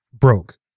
Broke